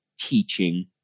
teaching